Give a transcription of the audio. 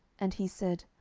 and he said,